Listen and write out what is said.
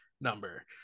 number